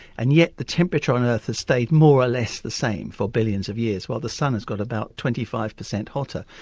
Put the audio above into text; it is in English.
and yet the temperature on earth has stayed more or less the same for billions of years while the sun has got about twenty five percent hotter.